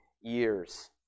years